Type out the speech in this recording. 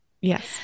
yes